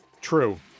True